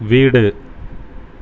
வீடு